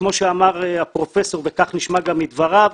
וכמו שאמר פרופ' טרכטנברג, וכך נשמע גם מדבריו,